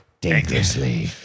Dangerously